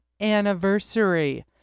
anniversary